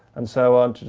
and so on